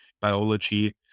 biology